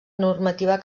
normativa